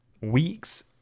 weeks